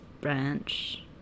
branch